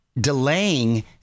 delaying